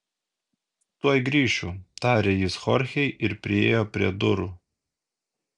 tuoj grįšiu tarė jis chorchei ir priėjo prie durų